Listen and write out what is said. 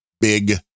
big